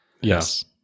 Yes